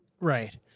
Right